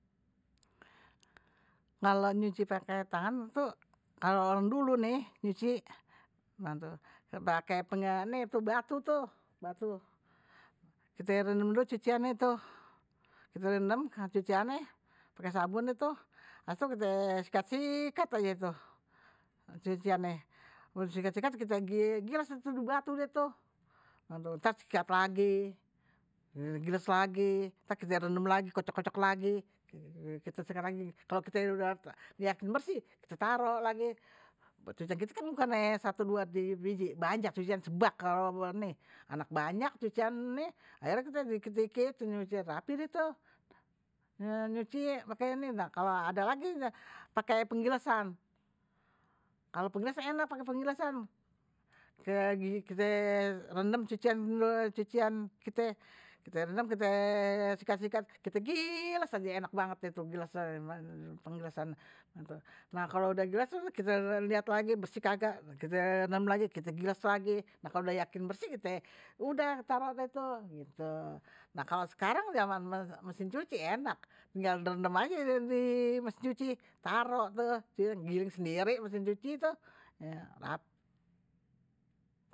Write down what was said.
Kalo nyuci pake tangan tuh kalo orang dulu nih nyuci pake batu tuh batu, kite rendem dulu cuciannye tuh, kite rendem cuciannye pake sabun deh tuh habis itu kite sikat sikat aje tuh cuciannye, udeh disikat sikat kite giles deh dibatu tuh ntar sikat lagi, giles lagi ntar kit rendem lagi kucek kucek lagi, kite sikat lagi, kao kite udah yakin bersih kite taro lagi, cucian kit kan bukan satu dua biji banyak cucian se bak kalo ini anak banyak cucian ni, akhirnye kite dikit dikit nyuci rapi deh tuh nyuci pake ini, adalagi pake penggilesan, kalo penggilesan enak penggilesan kite rendem cucian, cucian kite, kite rendem kite sikat sikat kite giles giles aje, enak kite lihat lagi bersih kagak, kite rendem lagi kite bilas lagi, nah kalo udah yakin bersih kite udah taro deh tuh, nah kalo sekarang jaman mesin cuci, enak tinggal rendem aje di mesin cuci taro tuh ngegiling sendiri mesin cuci tuh.